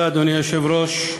אדוני היושב-ראש,